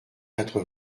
quatre